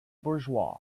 bourgeois